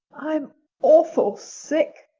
i'm awful sick,